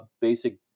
basic